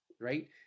right